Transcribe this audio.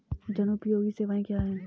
जनोपयोगी सेवाएँ क्या हैं?